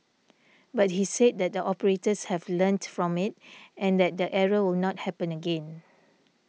but he said that the operators have learnt from it and that the error will not happen again